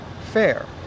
fair